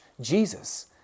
Jesus